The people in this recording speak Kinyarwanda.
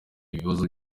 ikibazo